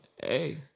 Hey